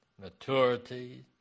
maturity